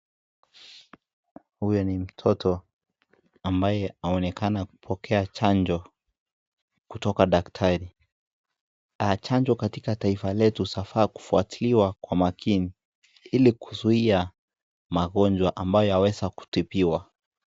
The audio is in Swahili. Huyo ni mtoto ambaye anaonekana kupokea chanjo kutoka daktari. Chanjo katika nchi yetu inafaa kufwatiliwa kwa makini ili kuzuia magonjwa ambaye yaweza kutibiwa.